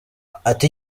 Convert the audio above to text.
ati